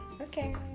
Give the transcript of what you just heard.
okay